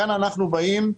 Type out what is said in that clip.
כאן אנחנו באים,